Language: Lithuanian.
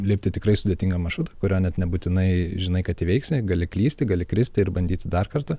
lipti tikrai sudėtingą maršrutą kurio net nebūtinai žinai kad įveiksi gali klysti gali kristi ir bandyti dar kartą